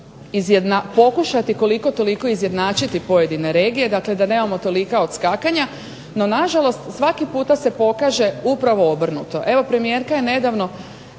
izjednačiti pojedine regije, dakle da nemamo tolika odskakanja. No nažalost, svaki puta se pokaže upravo obrnuto. Evo, premijerka je nedavno